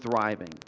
thriving